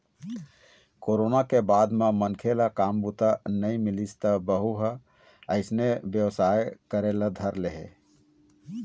corona के बाद म मनखे ल काम बूता नइ मिलिस त वहूँ ह अइसने बेवसाय करे ल धर ले हे